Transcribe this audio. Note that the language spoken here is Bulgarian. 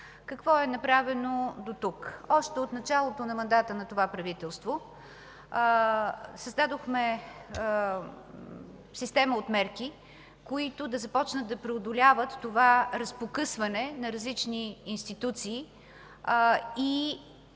Какво е направено дотук? Още от началото на мандата на това правителство създадохме система от мерки, които да започнат да преодоляват това разпокъсване на различни институции и